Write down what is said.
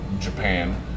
Japan